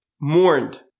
mourned